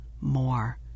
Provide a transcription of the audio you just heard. more